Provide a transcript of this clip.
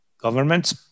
governments